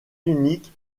unique